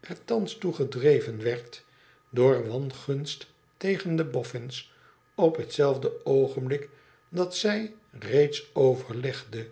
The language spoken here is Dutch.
er thans toe gedreven werd door wangunst tegen de bofhns op hetzelfde oogenblik dat zij reeds overlegde